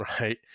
right